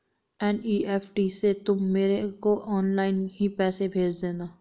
NEFT से तुम मेरे को ऑनलाइन ही पैसे भेज देना